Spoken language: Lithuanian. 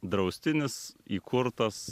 draustinis įkurtas